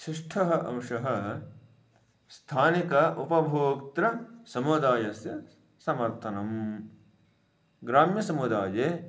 षष्ठः अंशः स्थानिक उपभोक्तासमुदायस्य समर्थनं ग्राम्यसमुदाये